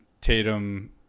Tatum